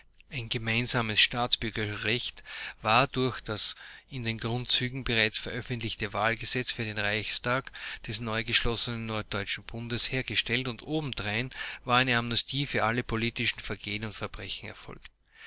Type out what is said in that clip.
ein gemeinsames staatsbürgerrecht war durch das in den grundzügen bereits veröffentlichte wahlgesetz für den reichstag des neugeschlossenen norddeutschen bundes hergestellt und obendrein war eine amnestie für alle politischen vergehen